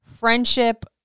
friendship